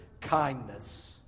kindness